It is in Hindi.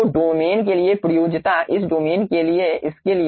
तो डोमेन के लिए प्रयोज्यता इस डोमेन के लिए इसके लिए